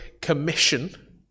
commission